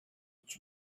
its